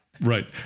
Right